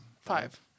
Five